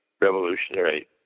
revolutionary